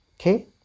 okay